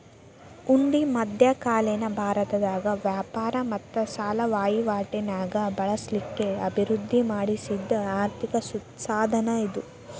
ಹುಂಡಿ ಮಧ್ಯಕಾಲೇನ ಭಾರತದಾಗ ವ್ಯಾಪಾರ ಮತ್ತ ಸಾಲ ವಹಿವಾಟಿ ನ್ಯಾಗ ಬಳಸ್ಲಿಕ್ಕೆ ಅಭಿವೃದ್ಧಿ ಪಡಿಸಿದ್ ಆರ್ಥಿಕ ಸಾಧನ ಇದು